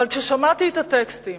אבל כששמעתי את הטקסטים